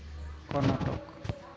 Karnataka